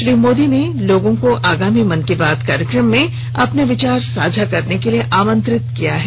श्री मोदी ने लोगों को आगामी मन की बात कार्यक्रम में अपने विचार साझा करने के लिए आमंत्रित किया है